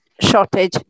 shortage